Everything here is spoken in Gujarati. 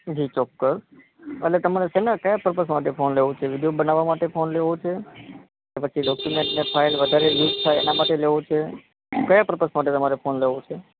જી ચોક્કસ અટલે તમારે શેનાં ક્યાં પર્પઝ માટે ફોન લેવો છે વિડીયો બનાવવા માટે ફોન લેવો છે કે પછી ડોક્યુમેન્ટને ફાઈલ વધારે યુઝ થાય એના માટે લેવો છે કયા પર્પઝ માટે તમારે ફોન લેવો છે